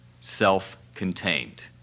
self-contained